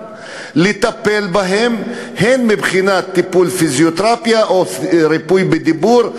לטפל בהם מבחינת טיפול פיזיותרפיה או ריפוי בדיבור,